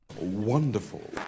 Wonderful